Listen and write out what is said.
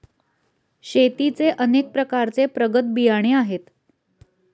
शेतीचे अनेक प्रकारचे प्रगत बियाणे आहेत